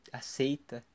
aceita